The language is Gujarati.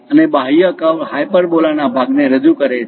અને બાહ્ય કર્વ હાયપરબોલા ના ભાગને રજૂ કરે છે